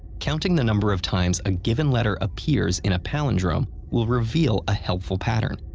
counting the number of times a given letter appears in a palindrome will reveal a helpful pattern.